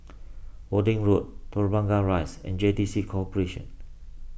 Worthing Road Telok Blangah Rise and J T C Corporation